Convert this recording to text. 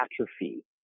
atrophy